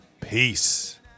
peace